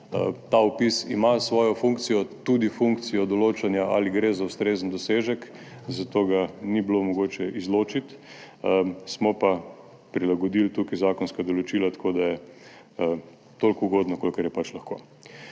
Ta vpis ima svojo funkcijo, tudi funkcijo določanja, ali gre za ustrezen dosežek, zato ga ni bilo mogoče izločiti, smo pa prilagodili tukaj zakonska določila tako, da je toliko ugodno, kolikor je lahko.